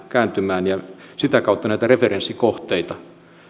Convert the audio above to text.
kääntymään ja sitä kautta näitä referenssikohteita